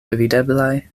videblaj